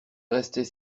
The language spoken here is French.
restaient